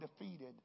defeated